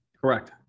Correct